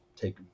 take